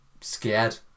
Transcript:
scared